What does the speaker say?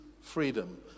freedom